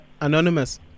anonymous